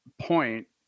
point